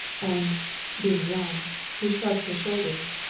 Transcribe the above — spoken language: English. and being jean he shrugged his shoulders.